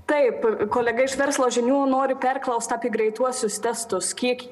taip kolega iš verslo žinių nori perklaust apie greituosius testus kiek